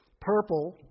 Purple